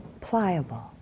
pliable